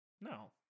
No